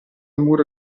muro